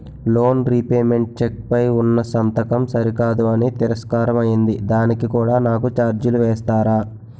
Loan repayment cheque పై ఉన్నా సంతకం సరికాదు అని తిరస్కారం అయ్యింది దానికి కూడా నాకు ఛార్జీలు వేస్తారా?